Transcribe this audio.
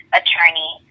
attorney